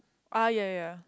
ah ya ya ya